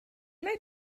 mae